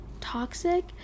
toxic